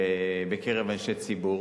ובקרב אנשי ציבור,